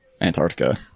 antarctica